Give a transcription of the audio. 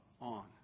on